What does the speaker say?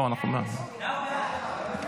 נתקבלו.